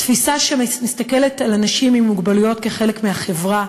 תפיסה שמסתכלת על אנשים עם מוגבלויות כעל חלק מהחברה,